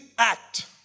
act